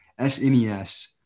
SNES